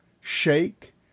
shake